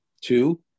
Two